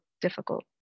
difficult